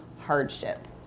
hardship